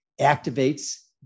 activates